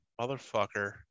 Motherfucker